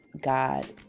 God